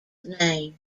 name